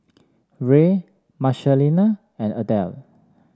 Ray Marcelina and Adell